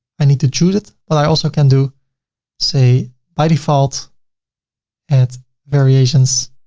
i need to choose it, what i also can do say by default add variations.